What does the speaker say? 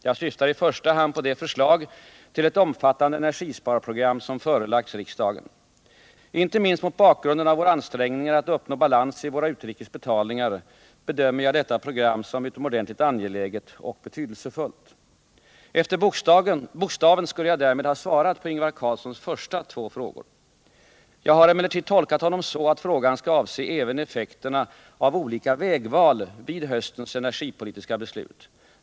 Jag syftar i första hand på det förslag till ett omfattande energisparprogram som förelagts riksdagen. Inte minst mot bakgrunden av våra ansträngningar att uppnå balans i våra utrikes betalningar bedömer jag detta program som utomordentligt angeläget och betydelsefullt. Efter bokstaven skulle jag därmed ha svarat på Ingvar Carlssons första två frågor. Jag har emellertid tolkat honom så att frågan skall avse även effekterna av olika vägval vid höstens energipolitiska beslut.